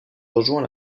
rejoint